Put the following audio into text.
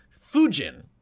Fujin